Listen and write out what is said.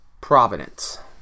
Providence